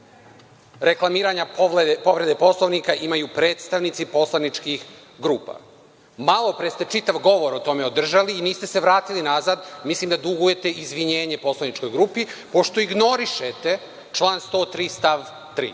reklamiranja povrede Poslovnika imaju predstavnici poslaničkih grupa. Malopre ste čitav govor o tome održali i niste se vratili nazad, mislim da dugujete izvinjenje poslaničkoj grupi, pošto ignorišete član 103. stav 3,